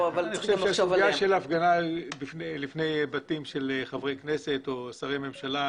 אני חושב שהסוגיה של הפגנה לפני בתים של חבר כנסת או שרי ממשלה,